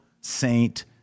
Saint